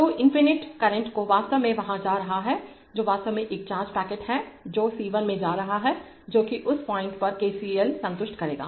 तो infinite current जो वास्तव में वहां जा रहा हैजो वास्तव में एक चार्ज पैकेट है जो C1 में जा रहा है जो कि उस पॉइंट पर KCL संतुष्ट करेगा